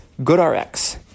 GoodRx